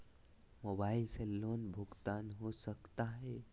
Mobile से loan भुगतान हो सकता है?